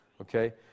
okay